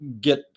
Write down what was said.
get